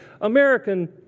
American